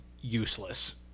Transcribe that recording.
useless